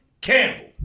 Campbell